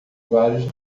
vários